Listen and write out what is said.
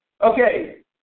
Okay